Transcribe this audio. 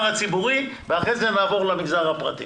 הציבורי ואחר כך נעבור למגזר הפרטי.